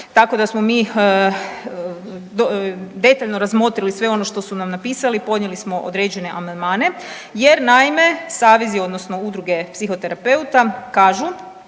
tako da smo mi detaljno razmotrili sve ono što su nam napisali, podnijeli smo određene amandmane jer naime savezi odnosno udruge psihoterapeuta kažu